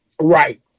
Right